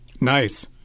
Nice